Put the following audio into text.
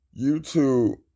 YouTube